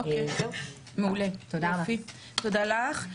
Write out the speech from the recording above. מעולה, תודה לך.